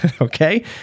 okay